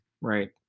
right